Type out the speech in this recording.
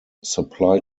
supply